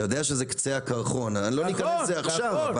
לא ניכנס לזה עכשיו,